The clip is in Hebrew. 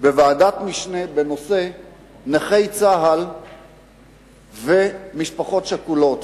בוועדת משנה בנושא נכי צה"ל ומשפחות שכולות,